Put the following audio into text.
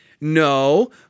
no